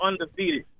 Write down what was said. undefeated